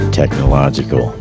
technological